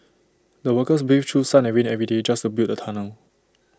the workers braved through sun and rain every day just to build the tunnel